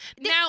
Now